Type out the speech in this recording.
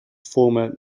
former